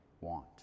want